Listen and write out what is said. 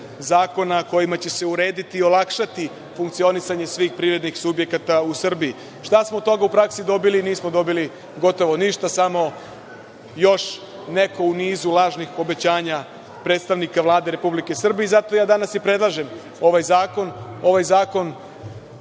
zakona kojima će se urediti i olakšati funkcionisanje svih privrednih subjekata u Srbiji. Šta smo od toga u praksi dobili? Nismo dobiti gotovo ništa, samo još neko u nizu lažnih obećanja predstavnika Vlade Republike Srbije. Zato ja danas i predlažem ovaj zakon. Ovaj zakon